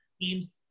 teams